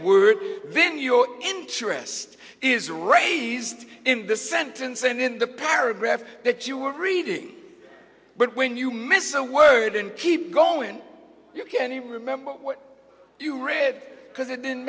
word then your interest is raised in the sentence and in the paragraph that you were reading but when you miss a word and keep going you can't even remember what you read because it didn't